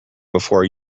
before